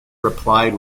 replied